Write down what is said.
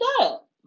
up